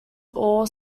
all